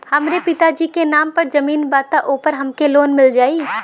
हमरे पिता जी के नाम पर जमीन बा त ओपर हमके लोन मिल जाई?